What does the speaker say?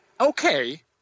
okay